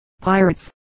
pirates